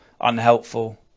unhelpful